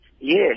Yes